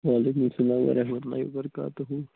وعلیکُم اسَلام وَرحمتُہ اللہ وَبَرَکاتَہُ